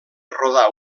rodar